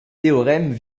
théorèmes